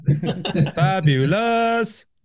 Fabulous